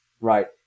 right